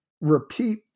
repeat